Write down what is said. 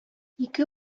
ике